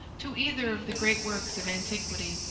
to either of the great works of antiquity.